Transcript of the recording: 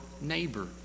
neighbor